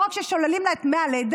ולא רק ששוללים לה את דמי הלידה,